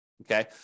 okay